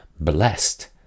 blessed